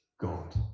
God